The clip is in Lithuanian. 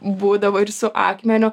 būdavai ir su akmeniu